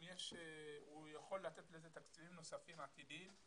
אם הוא יכול לתת לזה תקציבים נוספים עתידיים,